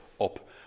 up